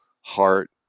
heart